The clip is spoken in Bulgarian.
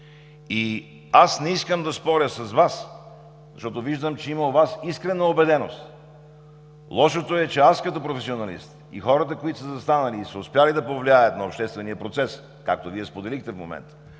И аз не искам да споря с Вас, защото виждам, че има у Вас искрена убеденост. Лошото е, че аз като професионалист и хората, които са застанали и са успели да повлияят на обществения процес, както Вие споделихте в момента,